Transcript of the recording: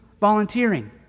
volunteering